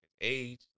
age